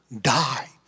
die